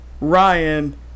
Ryan